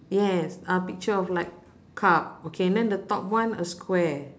yes a picture of like cup okay then the top one a square